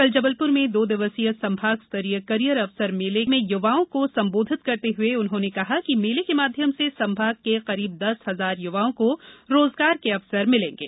कल जबलपुर में दो दिवसीय संभागीय स्तरीय कैरियर अवसर मेला में युवाओं को संबोधित करते हुए उन्होंने कहा कि मेला के माध्यम से संभाग के करीब दस हजार युवाओं को रोजगार के अवसर मिलेगें